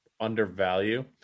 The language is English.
undervalue